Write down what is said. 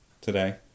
today